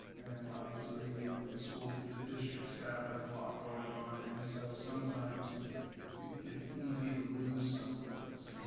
and obviously you know the school, the district staff has a lot going on. and so sometimes it's easy to lose some of this,